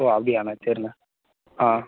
ஓ அப்டியாண்ணா சேரிண்ண ஆ